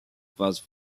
phase